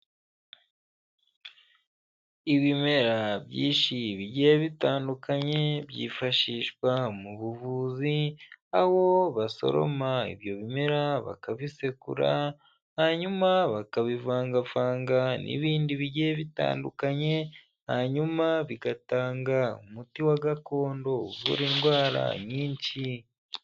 Ibimera byinshi bigiye bitandukanye byifashishwa mu buvuzi aho basoroma ibyo bimera bakabisekura hanyuma bakabivangavanga n'ibindi bigiye bitandukanye, hanyuma bigatanga umuti wa gakondo uvura indwara nyinshi.